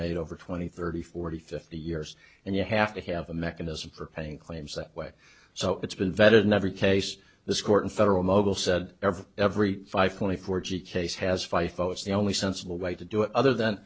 made over twenty thirty forty fifty years and you have to have a mechanism for paying claims that way so it's been vetted and every case this court and federal mogul said every every five twenty four g case has five votes the only sensible way to do it other than